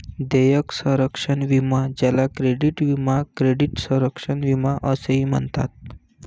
देयक संरक्षण विमा ज्याला क्रेडिट विमा क्रेडिट संरक्षण विमा असेही म्हणतात